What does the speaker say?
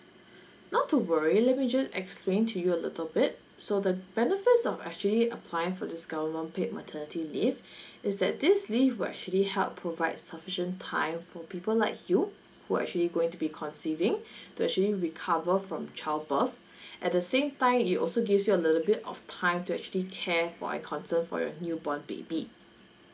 not to worry let me just explain to you a little bit so the benefits of actually applying for this government paid maternity leave is that this leave will actually help provide sufficient time for people like you who actually going to be conceiving to actually recover from childbirth at the same time it also gives you a little bit of time to actually care for and concern for your newborn baby